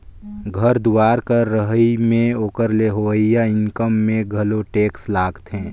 घर दुवार कर रहई में ओकर ले होवइया इनकम में घलो टेक्स लागथें